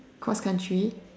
cross country